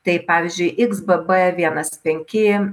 tai pavyzdžiui iks b b vienas penki